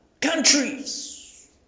countries